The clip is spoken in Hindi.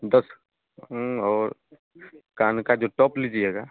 दस और कान का जो टॉप लीजिएगा